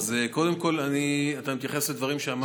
אז קודם כול אתה מתייחס לדברים שאמרתי,